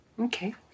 Okay